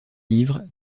livres